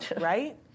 right